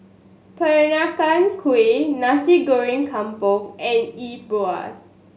Peranakan Kueh Nasi Goreng Kampung and Yi Bua